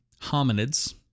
hominids